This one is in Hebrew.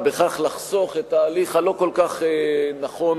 ובכך לחסוך את ההליך הלא-כל-כך נכון